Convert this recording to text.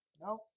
No